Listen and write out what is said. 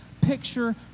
picture